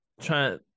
trying